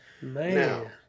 Man